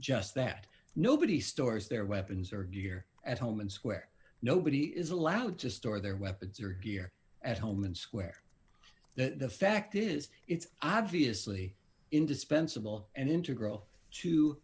just that nobody stores their weapons or gear at home and square nobody is allowed to store their weapons or here at home and square that the fact is it's obviously indispensable and integral to